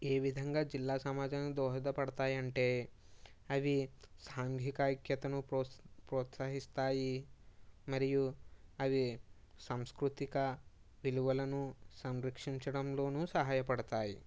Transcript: ఏవిధంగా జిల్లా సమాజానికి దోహద పడతాయంటే అవి సాంఘిక ఐక్యతను ప్రోత్సహి ప్రోత్సాహిస్తాయి మరియు అవి సాంస్కృతిక విలువలను సంరక్షించడంలోనూ సహాయపడతాయి